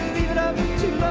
leave it up to